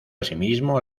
asimismo